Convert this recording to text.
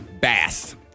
bass